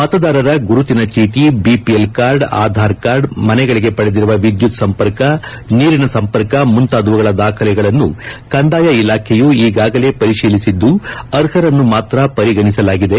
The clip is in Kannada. ಮತದಾರರ ಗುರುತಿನ ಚೀಟಿ ಬಿಪಿಎಲ್ ಕಾರ್ಡ್ ಆಧಾರ್ ಕಾರ್ಡ್ ಮನೆಗಳಿಗೆ ಪಡೆದಿರುವ ವಿದ್ನುತ್ ಸಂಪರ್ಕ ನೀರಿನ ಸಂಪರ್ಕ ಮುಂತಾದವುಗಳ ದಾಖಲೆಗಳನ್ನು ಕಂದಾಯ ಇಲಾಖೆಯು ಈಗಾಗಾಲೇ ಪರಿತೀಲಿಸಿದ್ದು ಅರ್ಹರನ್ನು ಮಾತ್ರ ಪರಿಗಣಿಸಲಾಗಿದೆ